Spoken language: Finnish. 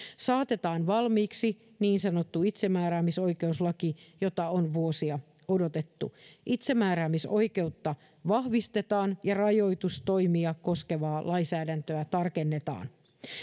saatetaan valmiiksi niin sanottu itsemääräämisoikeuslaki jota on vuosia odotettu itsemääräämisoikeutta vahvistetaan ja rajoitustoimia koskevaa lainsäädäntöä tarkennetaan